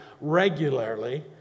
regularly